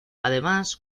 además